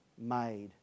made